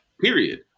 period